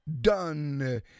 done